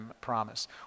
promise